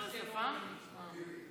דרעי, עמיר פרץ, גם אני.